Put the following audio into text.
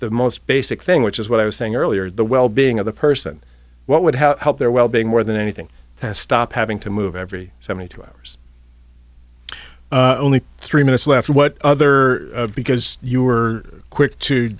the most basic thing which is what i was saying earlier the well being of the person what would have helped their wellbeing more than anything and stop having to move every seventy two hours only three minutes left what other because you were quick to